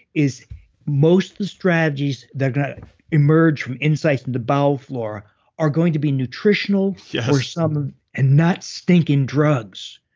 is most strategies that emerge from inside and the bowel flora are going to be nutritional for some and not stinking drugs,